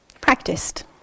practiced